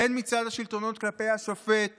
הן מצד השלטונות כלפי השופט